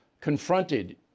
confronted